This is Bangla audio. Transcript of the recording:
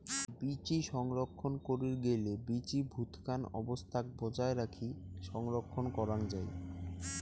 বীচি সংরক্ষণ করির গেইলে বীচি ভুতকান অবস্থাক বজায় রাখি সংরক্ষণ করাং যাই